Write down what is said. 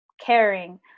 caring